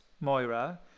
Moira